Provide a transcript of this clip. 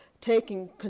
taking